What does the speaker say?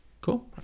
cool